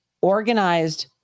organized